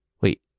Wait